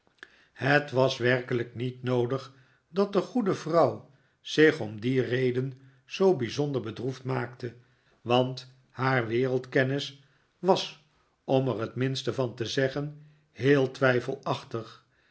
het was werkelijk niet noodig dat de goede vrouw zich om die reden zoo bijzonder bedroefd maakte want haar wereldkennis was om er het minste van te zeggen heel twijfelachtig